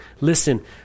Listen